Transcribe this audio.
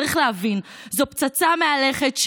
צריך להבין, זו פצצה מהלכת.